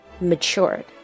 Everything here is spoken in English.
matured